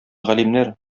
галимнәр